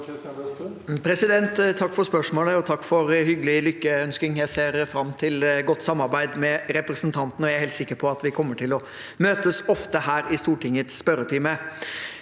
takk for hyggelig lykkønskning. Jeg ser fram til godt samarbeid med representanten, og jeg er helt sikker på at vi kommer til å møtes ofte her i Stortingets spørretime.